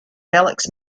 relics